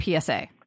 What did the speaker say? PSA